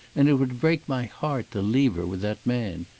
and it would break my heart to leave her with that man.